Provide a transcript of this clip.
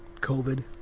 COVID